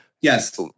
yes